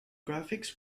graphics